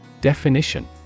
Definition